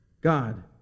God